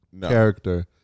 character